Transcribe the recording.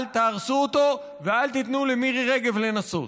אל תהרסו אותו, ואל תיתנו למירי רגב לנסות.